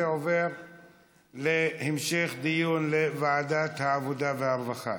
זה עובר להמשך דיון בוועדת העבודה והרווחה.